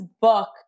book